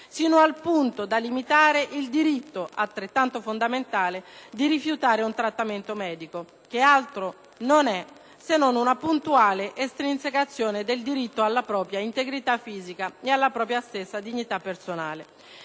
sino al punto di limitare il diritto (altrettanto fondamentale) di rifiutare un trattamento medico, che altro non è se non una puntuale estrinsecazione del diritto alla propria integrità fisica e alla propria stessa dignità personale.